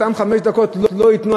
אותן חמש דקות לא ייתנו,